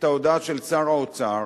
את ההודעה של שר האוצר